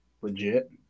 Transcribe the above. legit